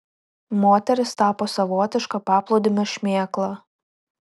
moteris tapo savotiška paplūdimio šmėkla